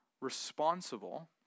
responsible